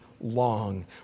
long